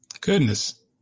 Goodness